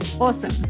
Awesome